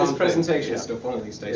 presentation stuff one of these